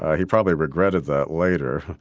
he probably regretted that later.